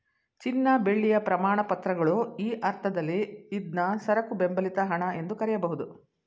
ಚಿನ್ನ ಮತ್ತು ಬೆಳ್ಳಿಯ ಪ್ರಮಾಣಪತ್ರಗಳು ಈ ಅರ್ಥದಲ್ಲಿ ಇದ್ನಾ ಸರಕು ಬೆಂಬಲಿತ ಹಣ ಎಂದು ಕರೆಯಬಹುದು